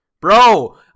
bro